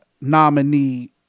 nominee